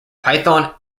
python